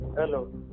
Hello